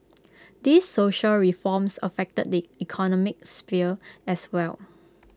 these social reforms affect the economic sphere as well